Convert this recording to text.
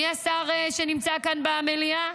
מי השר שנמצא כאן במליאה?